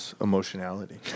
Emotionality